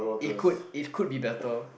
it could it could be better